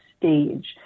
stage